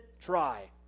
try